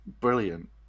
Brilliant